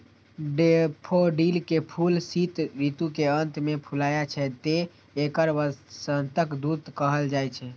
daffodil के फूल शीत ऋतु के अंत मे फुलाय छै, तें एकरा वसंतक दूत कहल जाइ छै